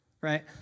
right